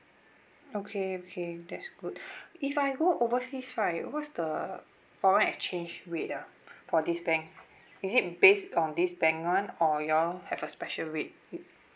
okay okay that's good if I go overseas right what's the foreign exchange rate ah for this bank is it based on this bank [one] or you all have a special rate